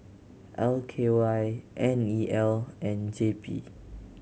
L K Y N E L and J P